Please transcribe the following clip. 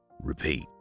Repeat